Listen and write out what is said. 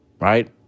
right